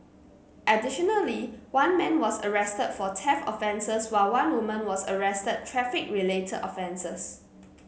additionally one man was arrested for theft offences while one woman was arrested traffic related offences